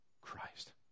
Christ